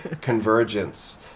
convergence